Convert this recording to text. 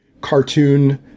cartoon